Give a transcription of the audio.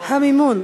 חבר הכנסת כבל, (הלוואות ומועדי תשלום המימון),